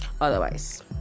otherwise